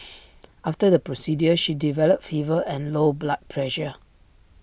after the procedure she developed fever and low blood pressure